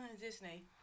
Disney